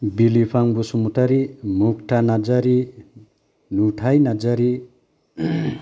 बिलिफां बसुमतारि मुक्ता नारजारि नुथाइ नारजारि